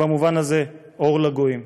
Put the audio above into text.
במובן הזה, אור לגויים.